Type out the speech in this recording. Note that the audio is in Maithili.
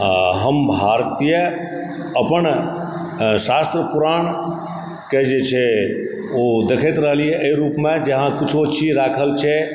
आ हम भारतीय अपन शास्त्र पुराणके जे छै ओ देखैत रहलियै एहि रूपमे जे हँ किछु छी राखल छै